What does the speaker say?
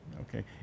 okay